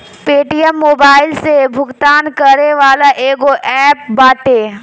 Paytm mobile से भुगतान करे वाला एगो एप्प बाटे